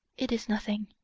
it is nothing,